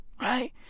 Right